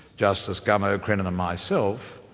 justice gummow, crennan and myself,